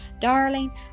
Darling